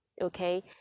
okay